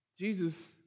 Jesus